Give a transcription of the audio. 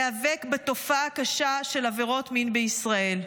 להיאבק בתופעה הקשה של עבירות מין בישראל.